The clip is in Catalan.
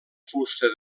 fusta